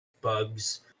bugs